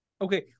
Okay